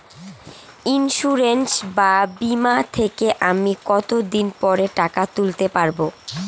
Insurance বা বিমা থেকে আমি কত দিন পরে টাকা তুলতে পারব?